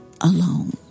alone